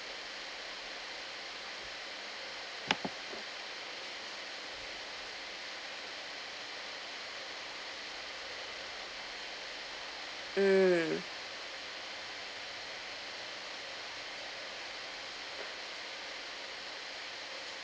mm